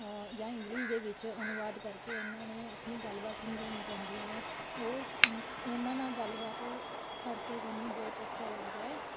ਜਾਂ ਇੰਗਲਿਸ਼ ਦੇ ਵਿੱਚ ਅਨੁਵਾਦ ਕਰਕੇ ਉਹਨਾਂ ਨੂੰ ਆਪਣੀ ਗੱਲਬਾਤ ਸਮਝਾਉਣੀ ਪੈਂਦੀ ਹੈ ਉਹ ਉਹਨਾਂ ਨਾਲ ਗੱਲਬਾਤ ਕਰਕੇ ਸਾਨੂੰ ਬਹੁਤ ਅੱਛਾ ਲੱਗਦਾ ਹੈ